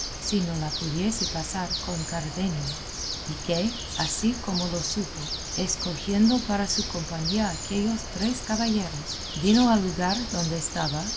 si no la pudiese pasar con cardenio y que así como lo supo escogiendo para su compañía aquellos tres caballeros vino al lugar donde estaba